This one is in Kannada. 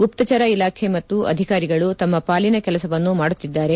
ಗುಪ್ತಚರ ಇಲಾಖೆ ಮತ್ತು ಅಧಿಕಾರಿಗಳು ತಮ್ಮ ಪಾಲಿನ ಕೆಲಸವನ್ನು ಮಾಡುತ್ತಿದ್ದಾರೆ